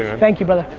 thank you, brother.